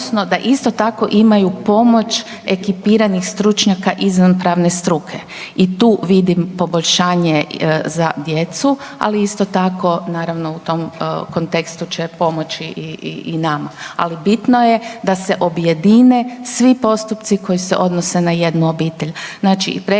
da isto tako imaju pomoć ekipiranih stručnjaka izvan pravne struke. I tu vidim poboljšanje za djecu, ali isto tako naravno u tom kontekstu će pomoći i nama, ali bitno je da se objedine svi postupci koji se odnose na jednu obitelj. Znači i prekršajni,